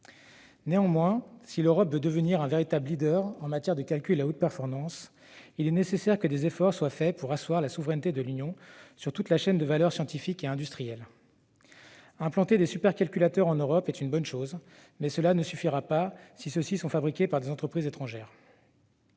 Néanmoins, si l'Europe veut devenir un véritable leader en matière de calcul à haute performance, il est nécessaire que des progrès soient faits pour asseoir la souveraineté de l'Union sur toute la chaîne de valeur scientifique et industrielle. Implanter des supercalculateurs en Europe est une bonne chose, mais cela ne suffira pas si ceux-ci sont fabriqués par des entreprises étrangères.